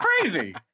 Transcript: crazy